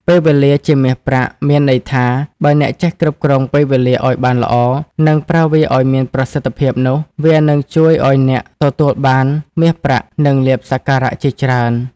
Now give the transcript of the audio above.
ពេលវេលា ជាមាសប្រាក់ មានន័យថា បើអ្នកចេះគ្រប់គ្រងពេលវេលាឲ្យបានល្អ និង ប្រើវាឲ្យមានប្រសិទ្ធភាពនោះ វានឹងជួយឲ្យអ្នកទទួលបានមាសប្រាក់ និង លាភសក្ការៈជាច្រើន។